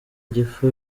gifu